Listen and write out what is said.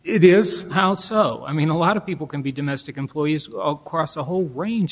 it is house so i mean a lot of people can be domestic employees across a whole range